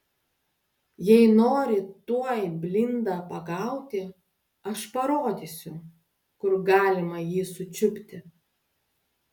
jei nori tuoj blindą pagauti aš parodysiu kur galima jį sučiupti